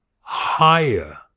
higher